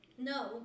No